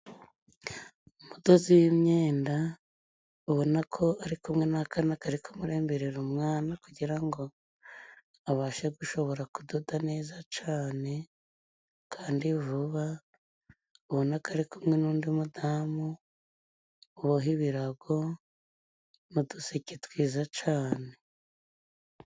Umudozi w'imyenda ubona ko ari kumwe n'akana kari kamuremberera umwana kugira ngo abashe gushobora kudoda neza cane kandi vuba ,ubona ko ari kumwe n'undi mudamu uboha ibirago n'duseke twiza cane.